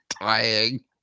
dying